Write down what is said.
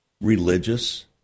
religious